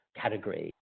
category